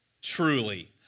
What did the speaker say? Truly